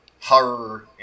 horror